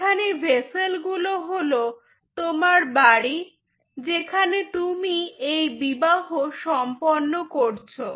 এখানে ভেসেল গুলো হল তোমার বাড়ি যেখানে তুমি এই বিবাহ সম্পন্ন করছো